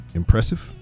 impressive